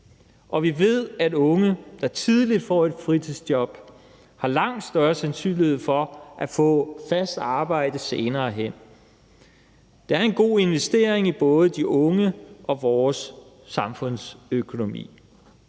Og vi ved, at unge, der tidligt får et fritidsjob, har langt større sandsynlighed for at få fast arbejde senere hen. Det er en god investering i både de unge og vores samfundsøkonomi.